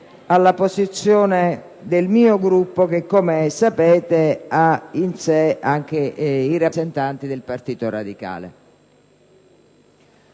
alla posizione del mio Gruppo che, come sapete, ha in sé anche i rappresentanti del Partito radicale.